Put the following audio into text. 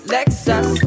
Lexus